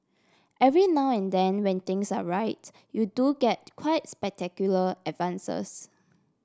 every now and then when things are right you do get quite spectacular advances